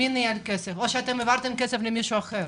או שהעברת כסף למישהו אחר?